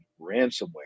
ransomware